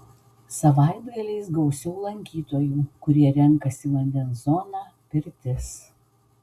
savaitgaliais gausiau lankytojų kurie renkasi vandens zoną pirtis